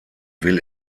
will